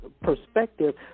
Perspective